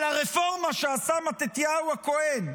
על הרפורמה שעשה מתתיהו הכהן,